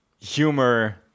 humor